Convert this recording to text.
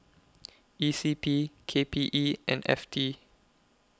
E C P K P E and F T